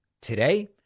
Today